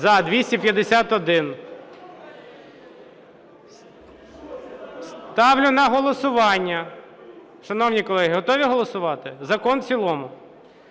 За-251 Ставлю на голосування. Шановні колеги, готові голосувати закон в цілому?